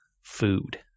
food